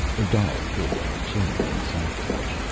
odal pulled up a chair and sat with them.